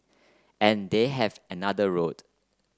and they have another road